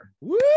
Woo